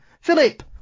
Philip